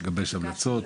יגבש המלצות.